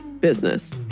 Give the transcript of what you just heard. business